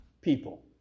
people